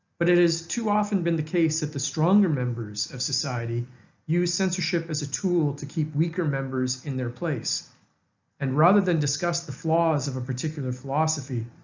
but it is too often been the case that the stronger members of society use censorship as a tool to keep weaker members in their place and rather than discuss the flaws of a particular philosophy,